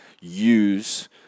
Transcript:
use